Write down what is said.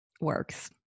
works